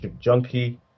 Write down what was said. junkie